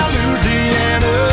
Louisiana